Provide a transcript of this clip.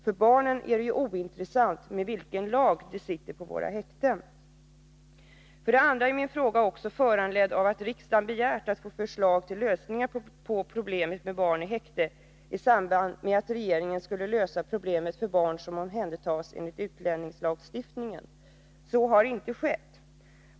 För barnen är det ju ointressant enligt vilken lag de sitter på våra häkten. För det andra är min fråga föranledd av att riksdagen har begärt att få förslag till lösningar på problemet med barn i häkten i samband med att regeringen skulle lösa problemet för barn som omhändertas enligt utlänningslagstiftningen. Så har inte skett.